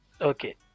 Okay